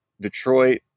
Detroit